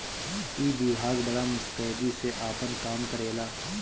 ई विभाग बड़ा मुस्तैदी से आपन काम करेला